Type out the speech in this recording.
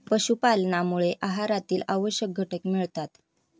पशुपालनामुळे आहारातील आवश्यक घटक मिळतात